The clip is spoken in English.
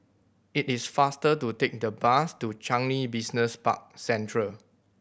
it is faster to take the bus to Changi Business Park Central